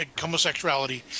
homosexuality